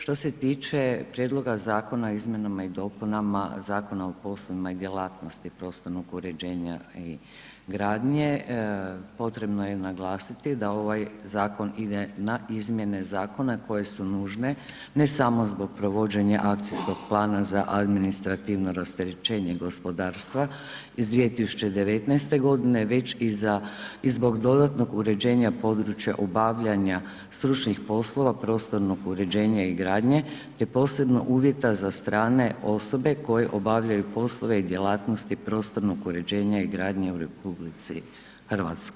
Što se tiče Prijedloga zakona o izmjenama i dopunama Zakona o poslovima i djelatnosti prostornog uređenja i gradnje potrebno je naglasiti da ovaj zakon ide na izmjene zakona koje su nužne ne samo zbog provođenja akcijskog plana za administrativno rasterećenje gospodarstva iz 2019. godine već i zbog dodatnog uređenja područja obavljanja stručnih poslova, prostornog uređenja i gradnje te posebno uvjeta za strane osobe koje obavljaju poslove i djelatnosti prostornog uređenja i gradnje u RH.